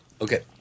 okay